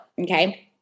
okay